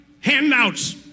handouts